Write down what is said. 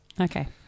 Okay